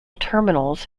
terminals